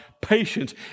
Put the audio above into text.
patience